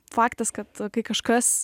faktas kad kai kažkas